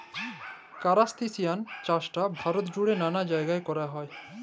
কারাস্তাসিয়ান চাইশটা ভারতে জুইড়ে ম্যালা জাইগাই কৈরা হই